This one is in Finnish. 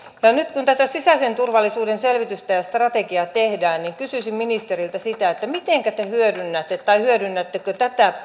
nyt kun tätä sisäisen turvallisuuden selvitystä ja strategiaa tehdään kysyisin ministeriltä mitenkä te hyödynnätte tai hyödynnättekö